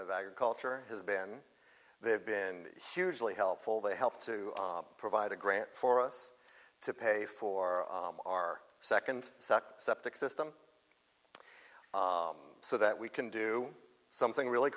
of agriculture has been they have been hugely helpful they helped to provide a grant for us to pay for our second septic system so that we can do something really